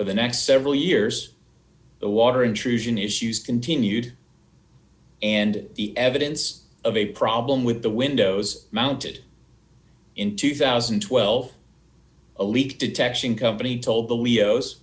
for the next several years the water intrusion issues continued and the evidence of a problem with the windows mounted in two thousand and twelve a leak detection company told the leo